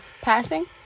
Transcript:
passing